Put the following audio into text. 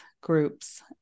groups